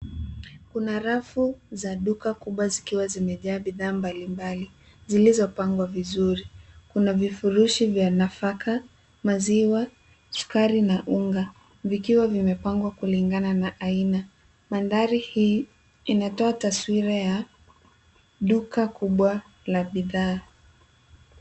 Kuna rafu za duka kubwa zikiwa zimejaa bidhaa mbalimbali zilizopangwa vizuri. Kuna vifurushi vya nafaka, maziwa, sukari na unga vikiwa vimepangwa kulingana na aina. Mandhari hii inatoa taswira ya duka kubwa la bidhaa.